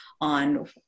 on